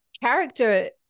character